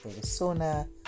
persona